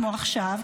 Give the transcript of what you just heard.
כמו עכשיו,